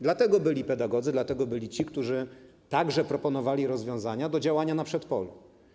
Dlatego byli pedagodzy, dlatego byli ci, którzy także proponowali rozwiązania do działania na przedpolu.